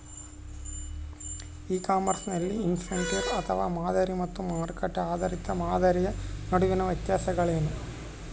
E commerce ನಲ್ಲಿ inventory ಆಧಾರಿತ ಮಾದರಿ ಮತ್ತು ಮಾರುಕಟ್ಟೆ ಆಧಾರಿತ ಮಾದರಿಯ ನಡುವಿನ ವ್ಯತ್ಯಾಸಗಳೇನು?